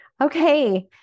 Okay